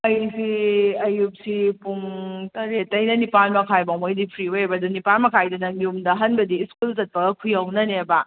ꯑꯩꯁꯤ ꯑꯌꯨꯛꯁꯤ ꯄꯨꯡ ꯇꯔꯦꯠꯇꯩꯅ ꯅꯤꯄꯥꯟ ꯃꯈꯥꯏꯐꯥꯎꯕꯈꯩꯗꯤ ꯐ꯭ꯔꯤ ꯑꯣꯏꯌꯦꯕ ꯑꯗꯣ ꯅꯤꯄꯥꯟ ꯃꯈꯥꯏꯗꯅ ꯌꯨꯝꯗ ꯍꯟꯕꯗꯤ ꯁ꯭ꯀꯨꯜ ꯆꯠꯄꯒ ꯈꯨꯌꯧꯅꯅꯦꯕ